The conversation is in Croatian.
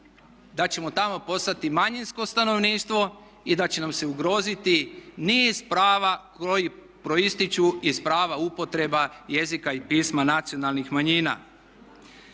da ćemo tamo postati manjinsko stanovništvo i da će nam se ugroziti niz prava koji proističu iz prava upotreba jezika i pisma nacionalnih manjina.